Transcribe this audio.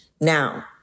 Now